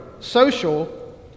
social